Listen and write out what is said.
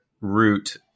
root